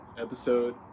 episode